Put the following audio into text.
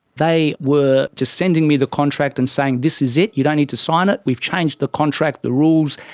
they were just sending me the contract and saying this is it, you don't need to sign it, we've changed the contract, the rules,